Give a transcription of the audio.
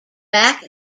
back